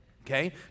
Okay